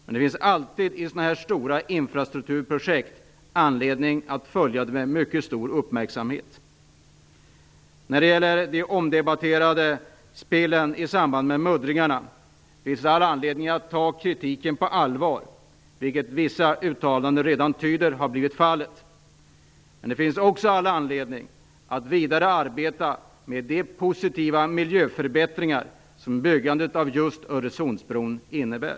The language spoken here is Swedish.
Men sådana här stora infrastrukturprojekt finns det alltid anledning att följa med mycket stor uppmärksamhet. När det gäller de omdebatterade spelen i samband med muddringarna finns det all anledning att ta kritiken på allvar, vilket vissa uttalanden redan tyder på har blivit fallet. Men det finns också all anledning att arbeta vidare med de positiva miljöförbättringar som just byggandet av Öresundsbron innebär.